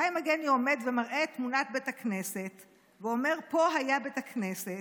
וחיים הגני עומד ומראה את תמונת בית הכנסת ואומר: פה היה בית הכנסת,